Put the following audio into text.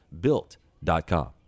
Built.com